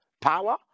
power